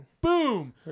boom